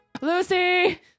Lucy